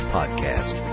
Podcast